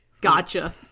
Gotcha